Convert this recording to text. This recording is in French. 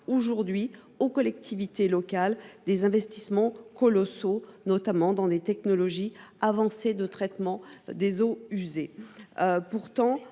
aujourd’hui déployer des investissements colossaux, notamment dans les technologies avancées de traitement des eaux usées.